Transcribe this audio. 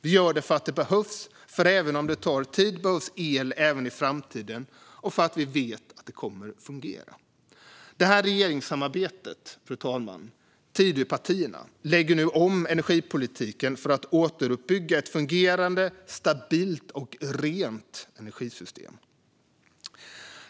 Vi gör det för att den behövs, för även om det tar tid att bygga den behövs el även i framtiden, och för att vi vet att den kommer att fungera. Fru talman! Detta regeringssamarbete - Tidöpartierna - lägger nu om energipolitiken för att återuppbygga ett fungerande, stabilt och rent energisystem.